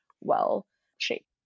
well-shaped